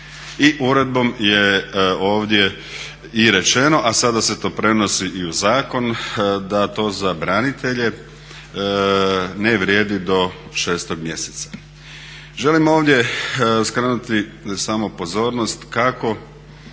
uredbom je ovdje i rečeno, a sada se to prenosi i u zakon da to za branitelje ne vrijedi do 6. mjeseca. Želim ovdje skrenuti samo pozornost kako